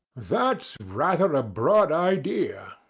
that's rather a broad idea,